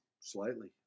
slightly